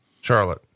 Charlotte